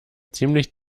ziemlich